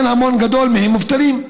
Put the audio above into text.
כן, המון גדול מהם מובטלים.